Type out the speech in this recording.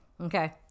okay